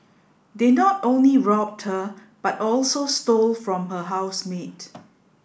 they not only robbed her but also stole from her housemate